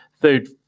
food